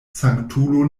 sanktulo